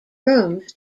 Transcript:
rooms